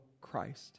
Christ